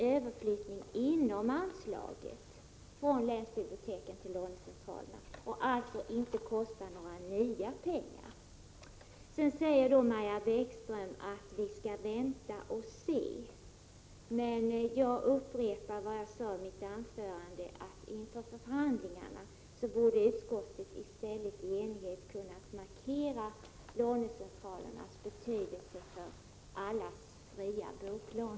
överförs från anslaget till länsbiblioteken till lånecentralerna. Det krävs alltså inga nya pengar. Maja Bäckström säger att vi skall vänta och se. Jag vill upprepa vad jag sade i mitt anförande, nämligen att utskottet inför förhandlingarna i enighet borde markera lånecentralernas betydelse för allas fria boklån.